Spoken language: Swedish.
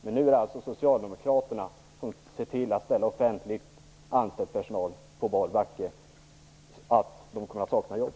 Men nu är det alltså socialdemokraterna som ser till att ställa offentligt anställd personal på bar backe - de kommer att sakna jobb.